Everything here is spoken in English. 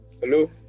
Hello